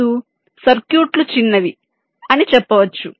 ముందు సర్క్యూట్లు చిన్నవి అని చెప్పవచ్చు